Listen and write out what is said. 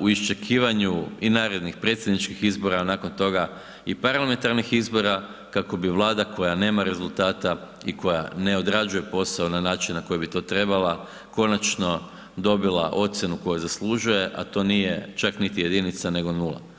u isčekivanju i narednih predsjedničkih izbora, nakon toga i parlamentarnih izbora kako bi Vlada koja nema rezultata i koja ne odrađuje posao na način na koji bi to trebala, konačno dobila ocjenu koju zaslužuje a to nije čak niti jedinica nego nula.